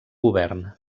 govern